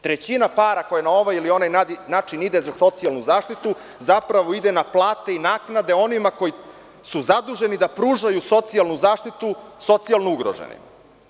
Trećina para koja na ovaj ili onaj način ide za socijalnu zaštitu zapravo ide na plate i naknade onima koji su zaduženi da pružaju socijalnu zaštitu socijalno ugroženima.